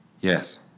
Yes